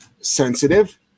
sensitive